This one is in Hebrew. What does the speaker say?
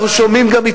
אנחנו שומעים גם,